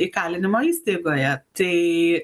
įkalinimo įstaigoje tai